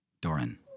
Doran